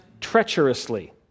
treacherously